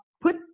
put